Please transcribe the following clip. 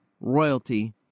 royalty